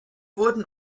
wurden